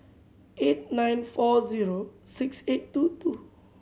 eight nine four zero six eight two two